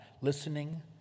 listening